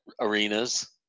arenas